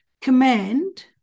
command